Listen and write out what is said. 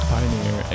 Pioneer